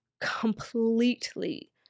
completely